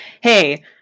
hey